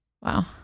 Wow